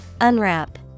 Unwrap